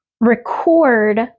record